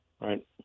Right